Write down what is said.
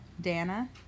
Dana